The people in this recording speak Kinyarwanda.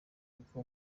n’uko